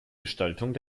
gestaltung